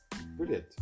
Brilliant